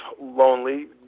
lonely